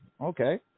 okay